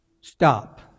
stop